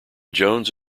jones